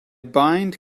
bind